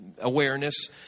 awareness